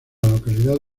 localidad